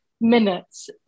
minutes